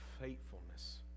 faithfulness